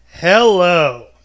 Hello